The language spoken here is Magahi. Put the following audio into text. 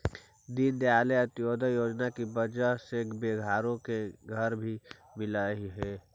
दीनदयाल अंत्योदय योजना की वजह से बेघरों को घर भी मिललई हे